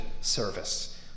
service